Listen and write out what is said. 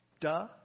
Duh